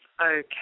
okay